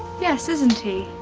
yes. isn't he.